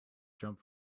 jump